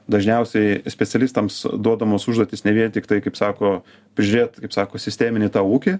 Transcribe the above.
dažniausiai specialistams duodamos užduotys ne vien tiktai kaip sako prižiūrėt kaip sako sisteminį tą ūkį